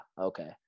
okay